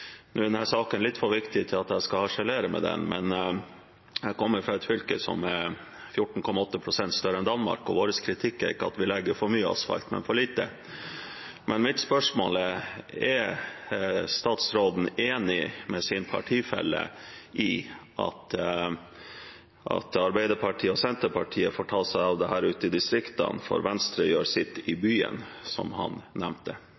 Nå er denne saken litt for viktig til at jeg skal harselere med den, men jeg kommer fra et fylke som er 14,8 pst. større enn Danmark, og vår kritikk er ikke at vi legger for mye asfalt, men for lite. Mitt spørsmål er: Er statsråden enig med sin partifelle i at Arbeiderpartiet og Senterpartiet får ta seg av dette ute i distriktene, for Venstre gjør sitt i byen, som han nevnte?